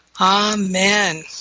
Amen